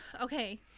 Okay